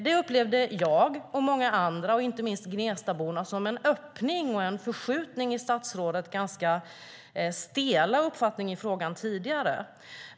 Det upplevde jag och många andra, inte minst Gnestaborna, som en öppning och förskjutning av statsrådets ganska stela uppfattning i frågan tidigare.